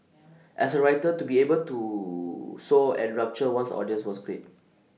as A writer to be able to so enrapture one's audience was great